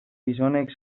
gizonek